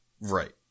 Right